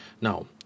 Now